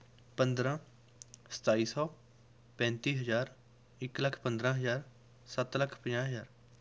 ਪੰਦਰ੍ਹਾਂ ਸਤਾਈ ਸੌ ਪੈਂਤੀ ਹਜ਼ਾਰ ਇੱਕ ਲੱਖ ਪੰਦਰ੍ਹਾਂ ਹਜ਼ਾਰ ਸੱਤ ਲੱਖ ਪੰਜਾਹ ਹਜ਼ਾਰ